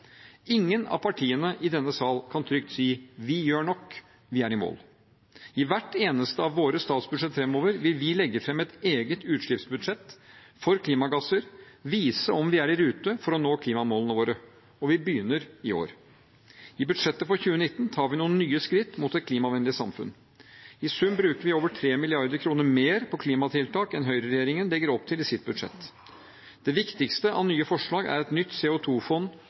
Ingen av partiene i denne sal kan trygt si: Vi gjør nok. Vi er i mål. I hvert eneste av våre statsbudsjetter framover vil vi legge fram et eget utslippsbudsjett for klimagasser, vise om vi er i rute for å nå klimamålene våre. Og vi begynner i år. I budsjettet for 2019 tar vi noen nye skritt mot et klimavennlig samfunn. I sum bruker vi over 3 mrd. kr mer på klimatiltak enn høyreregjeringen legger opp til i sitt budsjett. Det viktigste av nye forslag er et nytt